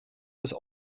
des